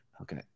Okay